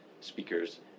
speakers